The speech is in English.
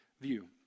view